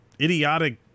idiotic